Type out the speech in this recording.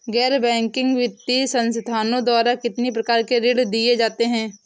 गैर बैंकिंग वित्तीय संस्थाओं द्वारा कितनी प्रकार के ऋण दिए जाते हैं?